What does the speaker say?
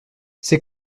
ces